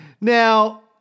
Now